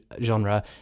genre